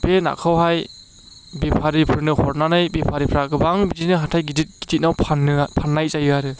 बे नाखौहाय बेफारिफोरनो हरनानै बेफारिफोरा गोबां बिदिनो हाथाय गिदिर गिदिराव फाननाय जायो आरो